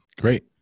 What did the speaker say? Great